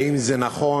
האם זה נכון,